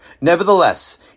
Nevertheless